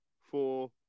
four